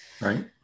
Right